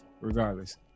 Regardless